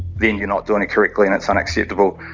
then you're not doing it correctly and it's unacceptable.